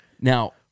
Now